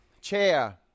Chair